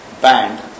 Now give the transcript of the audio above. band